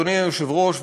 אדוני היושב-ראש,